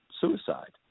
suicide